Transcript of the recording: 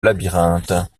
labyrinthe